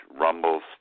rumbles